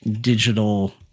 digital